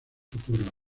futuro